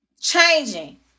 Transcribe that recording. changing